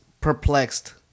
perplexed